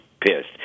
pissed